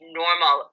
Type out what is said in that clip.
normal